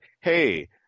hey